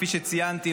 כפי שציינתי,